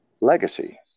legacy